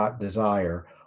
desire